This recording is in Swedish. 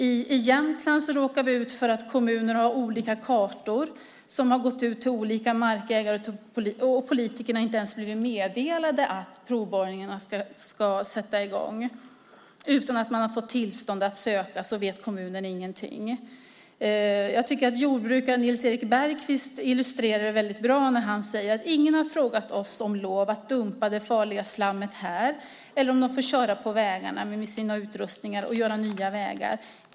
I Jämtland har vi råkat ut för att kommuner har olika kartor som har gått ut till olika markägare, och politikerna har inte ens blivit meddelade att provborrningarna ska sätta i gång. Utan att man har fått tillstånd att söka vet kommunen ingenting. Jag tycker att jordbrukare Nils Erik Bergkvist illustrerar det väldigt bra när han säger: Ingen har frågat oss om lov att dumpa det farliga slammet här eller om de får köra på vägarna med sina utrustningar och göra nya vägar.